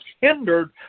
hindered